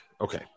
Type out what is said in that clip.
okay